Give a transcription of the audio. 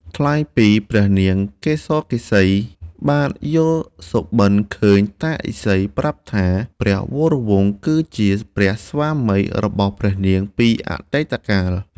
ថ្លែងពីព្រះនាងកេសកេសីបានយល់សុបិន្តឃើញតាឥសីប្រាប់ថា ព្រះវរវង្សគឺជាព្រះស្វាមីរបស់ព្រះនាងពីអតីតកាល។